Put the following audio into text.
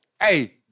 Hey